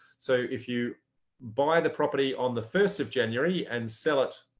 so if you buy the property on the first of january and sell it